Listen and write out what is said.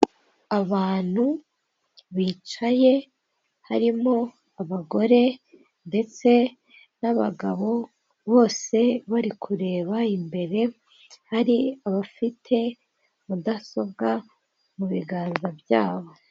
Abantu bicaye harimo abagore ndetse n'abagabo, bose bari kureba imbere, hari abafite mudasobwa mu biganza byabo.